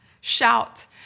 shout